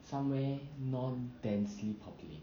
somewhere non densely populated